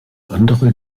andere